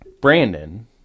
Brandon